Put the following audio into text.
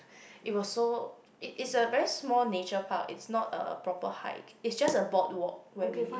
it was so is is a very small nature walk is not a proper hike it just a boardwalk where we